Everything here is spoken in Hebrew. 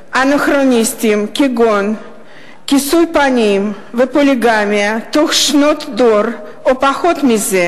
אנכרוניסטיים כגון כיסוי פנים ופוליגמיה תוך שנות דור או פחות מזה,